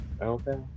Okay